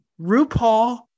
RuPaul